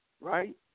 right